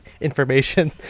information